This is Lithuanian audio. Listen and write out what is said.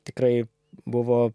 tikrai buvo